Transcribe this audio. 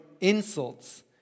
insults